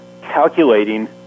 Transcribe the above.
calculating